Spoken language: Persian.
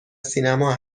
سینما